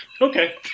Okay